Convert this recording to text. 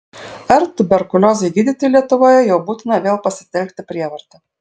ar tuberkuliozei gydyti lietuvoje jau būtina vėl pasitelkti prievartą